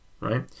right